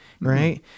right